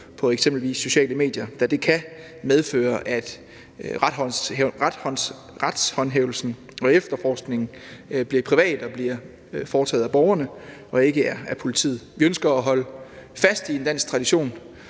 på eksempelvis sociale medier, da det kan medføre, at retshåndhævelsen og efterforskningen bliver privat og bliver foretaget af borgerne og ikke af politiet. Vi ønsker at holde fast i den danske tradition